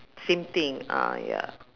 same thing uh ya